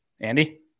Andy